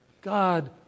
God